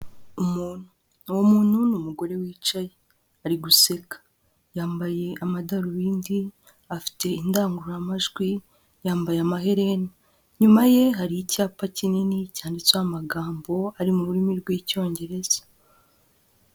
Umuntu uwo muntu ni umugore wicaye, ari guseka, yambaye amadarubindi, afite indangururamajwi, yambaye amaherena, inyuma ye hari icyapa kinini cyanditseho amagambo ari mu rurimi rw'Icyongereza.